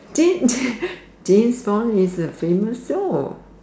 James James Bond is a famous soul